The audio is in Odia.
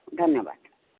ଧନ୍ୟବାଦ